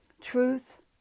Truth